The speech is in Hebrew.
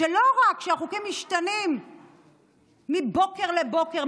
לא רק שהחוקים משתנים מבוקר לבוקר,